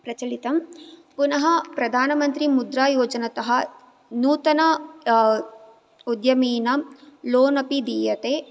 प्रचलिता पुनः प्रधानमन्त्री मुद्रा योजनतः नूतन उद्यमेनां लोन् अपि दीयते